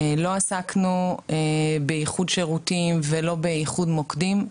לא עסקנו באיחוד שירותים ולא באיחוד מוקדים.